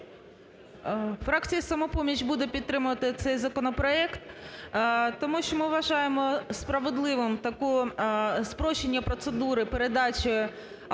Фракція "Самопоміч" буде підтримувати цей законопроект, тому що ми вважаємо справедливим таке спрощення процедури передачі автомобілів,